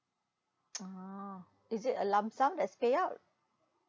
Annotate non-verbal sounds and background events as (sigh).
(noise) ah is it a lump sum as payout